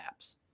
apps